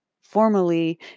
formally